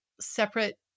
separate